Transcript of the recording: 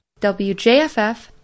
WJFF